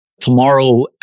Tomorrow